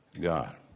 God